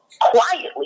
quietly